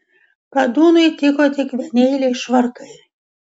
kadūnui tiko tik vieneiliai švarkai